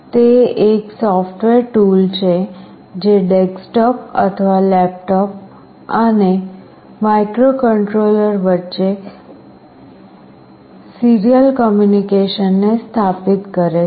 તે એક software tool છે જે ડેસ્કટોપ અથવા લેપટોપ અને માઇક્રોકન્ટ્રોલર વચ્ચે સિરીયલ કમ્યુનિકેશનને સ્થાપિત કરે છે